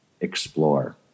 explore